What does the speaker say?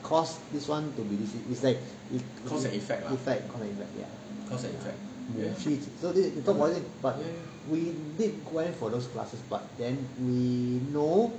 cause this [one] to be this is like effect cause and effect ya so talk about this we did went for those classes but then we know